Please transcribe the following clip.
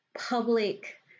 public